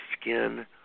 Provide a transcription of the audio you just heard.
skin